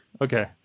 Okay